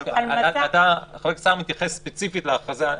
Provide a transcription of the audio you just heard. אתה מתייחס ספציפית להכרזה.